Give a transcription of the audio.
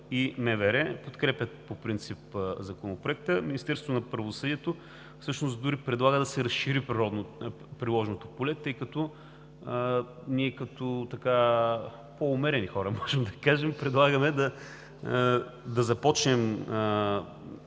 и МВР, подкрепят по принцип Законопроекта. Министерството на правосъдието дори предлага да се разшири приложното поле, тъй като ние, като по-умерени хора, можем да кажем – предлагаме да започнем